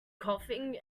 coughing